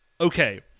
Okay